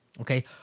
Okay